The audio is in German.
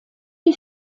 die